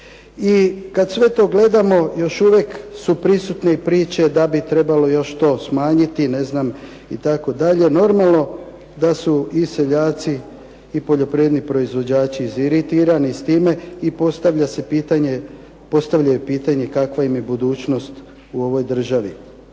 I kad sve to gledamo još uvijek su prisutne i priče da bi trebalo još to smanjiti itd. Normalno da su i seljaci i poljoprivredni proizvođači iziritirani s time i postavljaju pitanje kakva im je budućnost u ovoj državi.